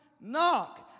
Knock